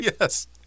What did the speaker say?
Yes